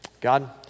God